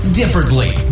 differently